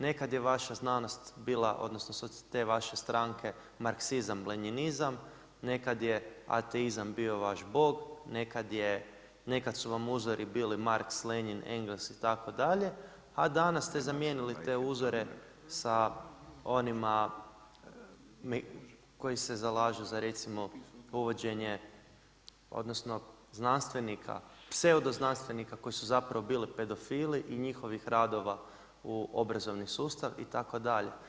Nekada je vaša znanost bila odnosno te vaše stranke marksizam, lenjinizam, nekada je ateizam bio vaš Bog, nekada su vam uzori bili Marx, Lenjin, Engels itd., a danas ste zamijenili te uzore sa onima koji se zalažu za recimo uvođenje odnosno znanstvenika pseudoznanstvenika koji su zapravo bili pedofili i njihovih radova u obrazovni sustav itd.